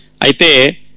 aite